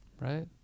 Right